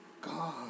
God